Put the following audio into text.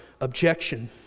objection